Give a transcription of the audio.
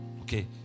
Okay